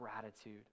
gratitude